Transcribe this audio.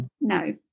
No